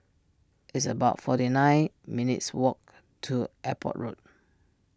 it's about forty nine minutes' walk to Airport Road